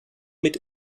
mit